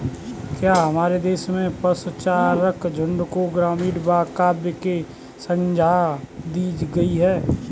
क्या हमारे देश में पशुचारक झुंड को ग्रामीण काव्य की संज्ञा दी गई है?